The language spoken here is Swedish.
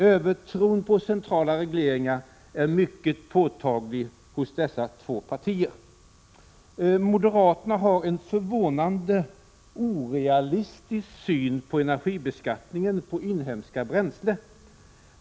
Övertron på centrala regleringar är mycket påtaglig hos dessa två partier. Moderaterna har en förvånande orealistisk syn på energibeskattningen på inhemska bränslen.